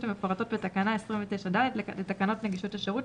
המפורטות בתקנה 29(ד) לתקנות נגישות השירות,